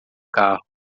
carro